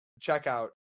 checkout